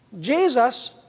Jesus